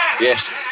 Yes